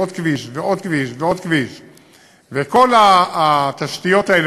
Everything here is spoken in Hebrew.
עוד כביש,